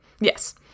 Yes